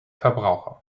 verbraucher